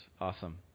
Awesome